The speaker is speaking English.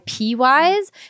IP-wise